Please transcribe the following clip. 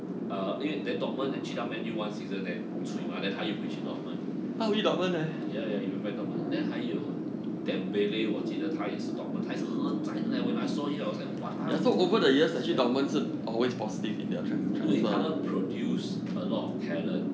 uh 因为 then dorman then 去到 man U one season then cui mah then 他又回去 dorman ya ya 有人卖 dorman then 还有 damn bailey 我记得他也是 dorman 他也是很 zai when I saw him I was like !walao! step 对他们 produce a lot of talent